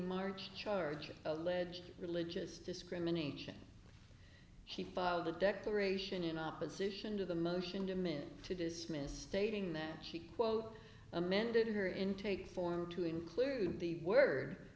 march charge alleged religious discrimination he filed the declaration in opposition to the motion demanding to dismiss stating that she quote amended her intake form to include the word